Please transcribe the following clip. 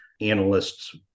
analysts